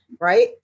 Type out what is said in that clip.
right